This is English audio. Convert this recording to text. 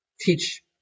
teach